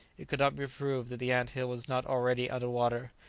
it could not be proved that the ant hill was not already under water,